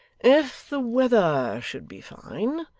if the weather should be fine,